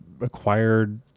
acquired